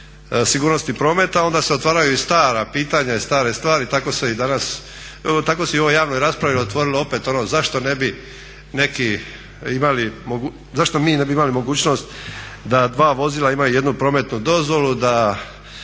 sigurnosti prometa onda se otvaraju i stara pitanja i stare stvari, tako se i u ovoj javnoj raspravi otvorilo opet ono zašto ne bi neki imali, zašto mi ne bi imali mogućnost da dva vozila imaju jednu prometnu dozvolu, da